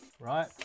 right